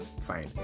fine